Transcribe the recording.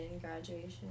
graduation